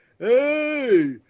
Hey